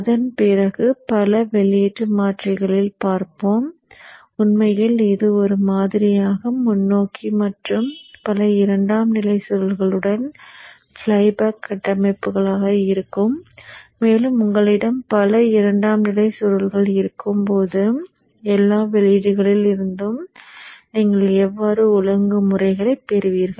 அதன் பிறகு பல வெளியீட்டு மாற்றிகளில் படிப்போம் உண்மையில் அது ஒரே மாதிரியாக முன்னோக்கி மற்றும் பல இரண்டாம் நிலை சுருள்களுடன் ஃப்ளை பேக் கட்டமைப்புகளாக இருக்கும் மேலும் உங்களிடம் பல இரண்டாம் நிலை சுருள்கள் இருக்கும்போது எல்லா வெளியீடுகளிலிருந்தும் நீங்கள் எவ்வாறு ஒழுங்குமுறைகளைப் பெறுவீர்கள்